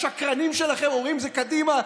השקרנים שלכם אומרים שזו קדימה.